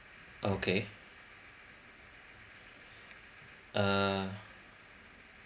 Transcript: okay uh